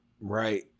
right